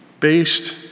based